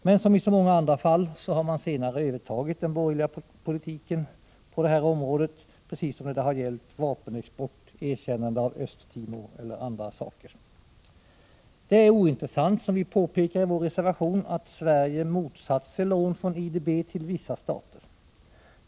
Men som i så många fall har man på det här området senare övertagit den borgerliga politiken — precis som när det har gällt vapenexport och erkännande av Öst-Timor. Det är ointressant, som vi påpekar i vår reservation, att Sverige har motsatt sig lån från IDB till vissa stater.